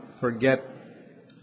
forget